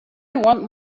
want